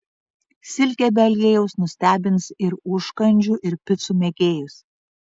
silkė be aliejaus nustebins ir užkandžių ir picų mėgėjus